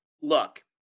look